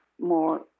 more